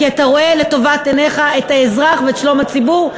כי אתה רואה לנגד עיניך את האזרח ואת שלום הציבור,